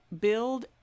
build